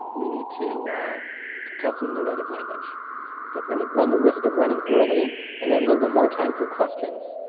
we need to test them in their native language. i think we're going to run the risk of running early and have a little bit more time for questions.